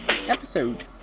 episode